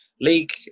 league